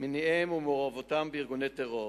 מניעיהם ומעורבותם בארגוני טרור.